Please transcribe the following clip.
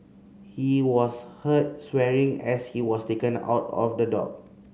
he was heard swearing as he was taken out of the dock